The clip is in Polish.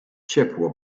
ciepło